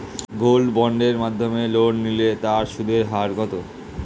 Gold বন্ডের মাধ্যমে loan নিলে তার সুদের হার কত?